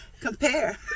compare